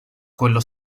quello